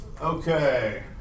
Okay